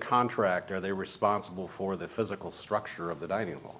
contractor they're responsible for the physical structure of that ideal